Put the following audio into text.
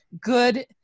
good